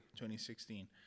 2016